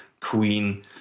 Queen